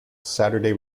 saturday